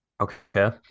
Okay